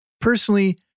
Personally